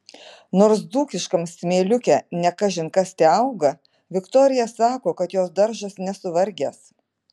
nors dzūkiškam smėliuke ne kažin kas teauga viktorija sako kad jos daržas nesuvargęs